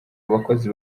abakozi